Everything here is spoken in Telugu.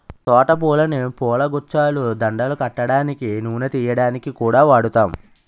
తోట పూలని పూలగుచ్చాలు, దండలు కట్టడానికి, నూనె తియ్యడానికి కూడా వాడుతాం